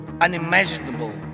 unimaginable